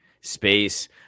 Space